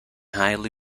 highly